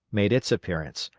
made its appearance,